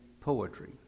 poetry